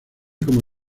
como